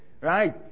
Right